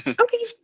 Okay